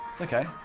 Okay